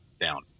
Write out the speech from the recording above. down